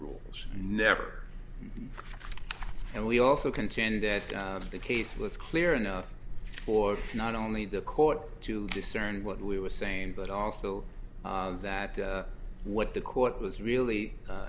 rules never and we also contend that the case was clear enough for not only the court to discern what we were saying but also that what the court was really